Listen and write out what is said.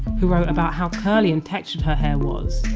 who wrote about how curly and textured her hair was,